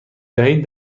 دهید